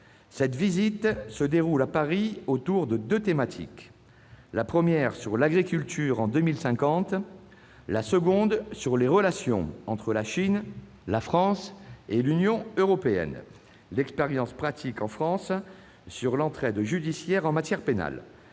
Cette visite se déroule à Paris autour de deux thématiques :« l'agriculture en 2050 » et « les relations entre la Chine, la France et l'Union européenne : l'expérience pratique en France sur l'entraide judiciaire en matière pénale